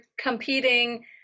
competing